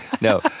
No